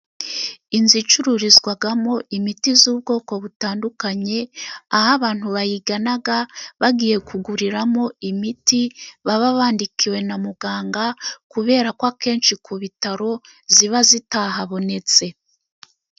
Inzu icururizwamo imiti y'ubwoko butandukanye， aho abantu bayigana bagiye kuguriramo， imiti baba bandikiwe na muganga， kubera ko akenshi ku bitaro iba itahabonetse.